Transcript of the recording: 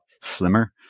slimmer